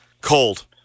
Cold